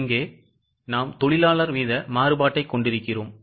இங்கே நாம் தொழிலாளர் வீத மாறுபாட்டைக் கொண்டிருக்கிறோம்